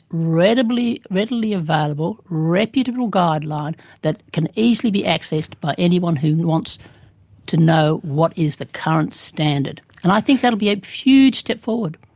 readily readily available reputable guideline that can easily be accessed by anyone who wants to know what is the current standard. and i think that will be a huge step forward.